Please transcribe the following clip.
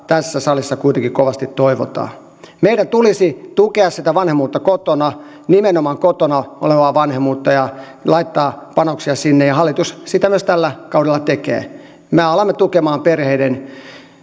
tässä salissa kuitenkin kovasti toivotaan meidän tulisi tukea sitä vanhemmuutta kotona nimenomaan kotona olevaa vanhemmuutta laittaa panoksia sinne ja hallitus sitä myös tällä kaudella tekee me alamme tukemaan perheiden